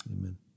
Amen